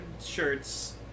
shirts